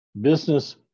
Business